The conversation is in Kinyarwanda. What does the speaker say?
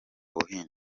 buhinzi